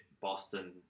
Boston